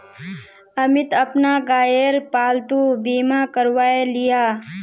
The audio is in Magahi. अमित अपना गायेर पालतू बीमा करवाएं लियाः